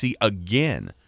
again –